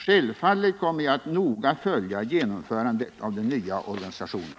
Självfallet kommer jag att noga följa genomförandet av den nya organisationen.